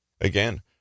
Again